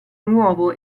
nuovo